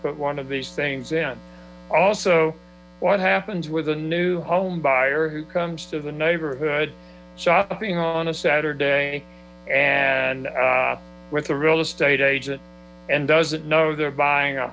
put one of these things in also what happens with a new home buyer who comes to the neighborhood shopping on saturday and with the real estate agent and doesn't know they're buying a